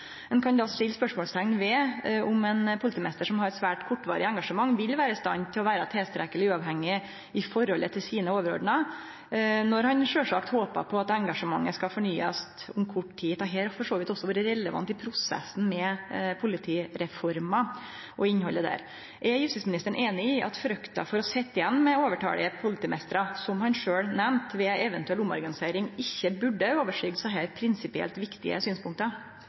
Ein kan då setje spørsmålsteikn ved om ein politimeister som har eit svært kortvarig engasjement, vil vere i stand til å vere tilstrekkeleg uavhengig i forholdet til sine overordna når han sjølvsagt håper på at engasjementet skal fornyast om kort tid. Dette har for så vidt også vore relevant i prosessen med politireforma og innhaldet der. Er justisministeren einig i at frykta for å sitje igjen med overtalige politimeistrar, som han sjølv nemnde, ved ei eventuell omorganisering ikkje burde overskyggje desse prinsipielt viktige synspunkta?